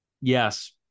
Yes